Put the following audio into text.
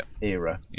era